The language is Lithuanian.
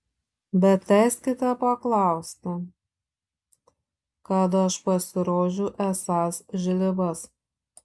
bet leiskite paklausti kada aš pasirodžiau esąs žlibas